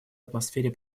атмосфере